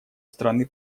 страны